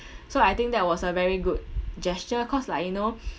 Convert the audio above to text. so I think that was a very good gesture cause like you know